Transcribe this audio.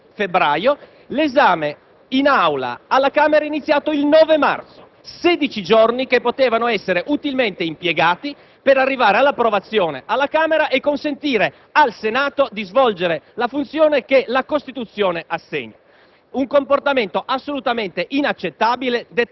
È stato approvato in Commissione alla Camera il 21 febbraio e l'esame in Aula alla Camera è iniziato il 9 marzo: sedici giorni che potevano essere utilmente impiegati per arrivare all'approvazione alla Camera e consentire al Senato di svolgere la funzione che la Costituzione gli assegna.